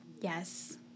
Yes